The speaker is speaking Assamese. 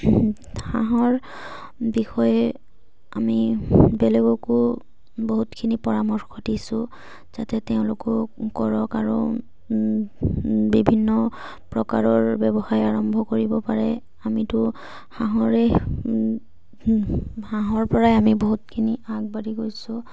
হাঁহৰ বিষয়ে আমি বেলেগকো বহুতখিনি পৰামৰ্শ দিছোঁ যাতে তেওঁলোকেও কৰক আৰু বিভিন্ন প্ৰকাৰৰ ব্যৱসায় আৰম্ভ কৰিব পাৰে আমিতো হাঁহৰ হাঁহৰপৰাই আমি বহুতখিনি আগবাঢ়ি গৈছোঁ